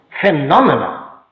phenomena